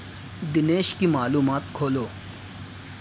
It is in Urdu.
دنیش کی معلومات کھولو